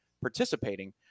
participating